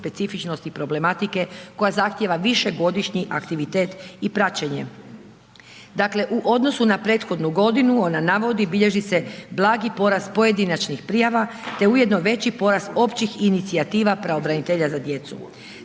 specifičnosti problematike koja zahtjeva višegodišnji aktivitet i praćenje. Dakle, u odnosu na prethodnu godinu ona navodi, bilježi se blagi porast pojedinačnih prijava, te ujedno veći porast općih inicijativa pravobranitelja za djecu.